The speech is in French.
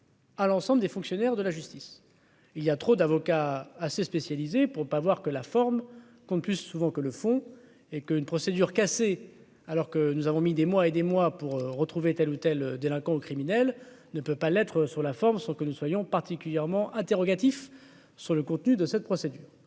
à l'ensemble des fonctionnaires de la justice, il y a trop d'avocat assez spécialisé pour pas voir que la forme qu'on puisse souvent que le fond et qu'une procédure cassée alors que nous avons mis des mois et des mois pour retrouver telle ou telle délinquants ou criminels ne peut pas l'être, sur la forme, sans que nous soyons partie. Clairement interrogatif sur le contenu de cette procédure,